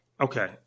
okay